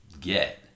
get